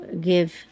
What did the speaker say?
give